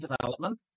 development